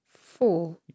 Four